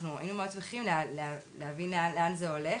אנחנו היינו מאוד שמחים להבין לאן זה הולך